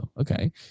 okay